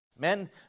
Men